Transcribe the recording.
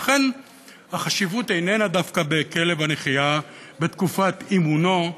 לכן החשיבות איננה דווקא בכלב הנחייה בתקופת אימונו,